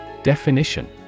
Definition